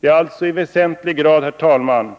Det är alltså i väsentlig grad, herr talman,